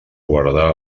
guardar